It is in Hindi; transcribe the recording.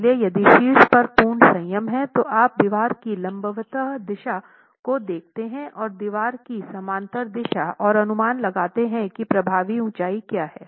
इसलिए यदि शीर्ष पर पूर्ण संयम है तो आप दीवार की लंबवत दिशा को देखते हैं और दीवार की समांतर दिशा और अनुमान लगाते हैं कि प्रभावी ऊंचाई क्या है